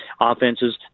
offenses